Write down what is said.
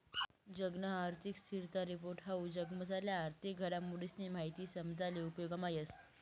जगना आर्थिक स्थिरता रिपोर्ट हाऊ जगमझारल्या आर्थिक घडामोडीसनी माहिती समजाले उपेगमा येस